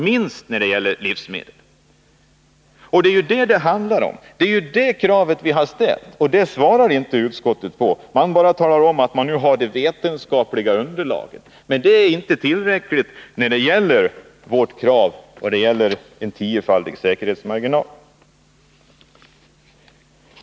Det är det vår motion handlar om, att minst en tiofaldig säkerhetsmarginal skall tillämpas vid fastställande av hygieniska gränsvärden. Utskottet berör inte den frågan utan talar bara om att man nu har det vetenskapliga underlaget. Men det är inte tillräckligt för att tillgodose vårt motionskrav på en tiofaldig säkerhetsmarginal.